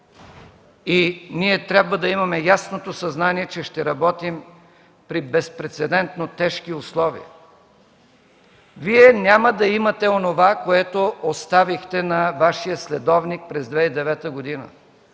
Ние трябва да имаме ясното съзнание, че ще работим при безпрецедентно тежки условия. Вие няма да имате онова, което оставихте на Вашия следовник през 2009 г.